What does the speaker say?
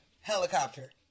Helicopter